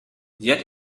yet